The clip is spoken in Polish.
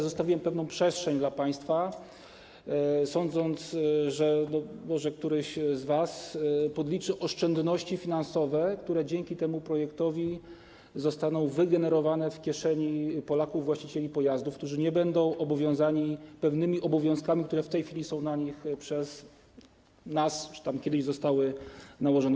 Zostawiłem pewną przestrzeń dla państwa, sądząc, że któreś z was podliczy oszczędności finansowe, które dzięki temu projektowi zostaną wygenerowane w kieszeniach Polaków, właścicieli pojazdów, którzy nie będą objęci pewnymi obowiązkami, które w tej chwili są na nich przez nas nałożone czy tam kiedyś zostały nałożone.